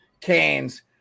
Canes